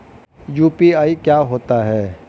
UPI क्या होता है?